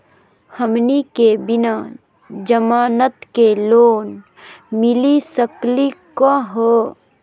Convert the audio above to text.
हमनी के बिना जमानत के लोन मिली सकली क हो?